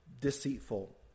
deceitful